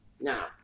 Now